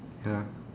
ya